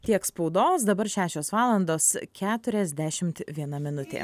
tiek spaudos dabar šešios valandos keturiasdešimt viena minutė